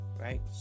right